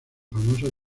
famoso